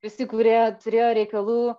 visi kurie turėjo reikalų